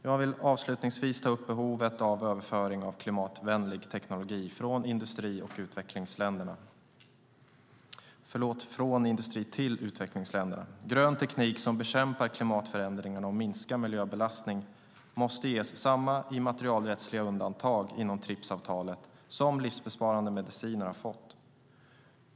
Jag vill avslutningsvis ta upp behovet av överföring av klimatvänlig teknologi från industriländerna till utvecklingsländerna. Grön teknik som bekämpar klimatförändringarna och minskar miljöbelastningen måste ges samma immaterialrättsliga undantag inom TRIPS-avtalet som livsbesparande mediciner har fått.